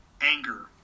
anger